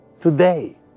today